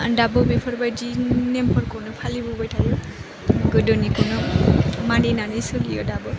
दाबो बेफोरबायदि नेमफोरखौनो फालिबोबाय थायो गोदोनिखौनो मानिनानै सोलियो दाबो